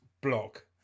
block